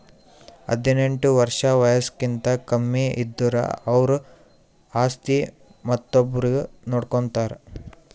ಹದಿನೆಂಟ್ ವರ್ಷ್ ವಯಸ್ಸ್ಕಿಂತ ಕಮ್ಮಿ ಇದ್ದುರ್ ಅವ್ರ ಆಸ್ತಿ ಮತ್ತೊಬ್ರು ನೋಡ್ಕೋತಾರ್